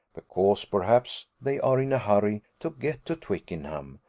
because, perhaps, they are in a hurry to get to twickenham,